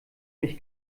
mich